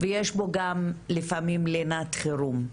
ויש בו גם לפעמים לינת חירום.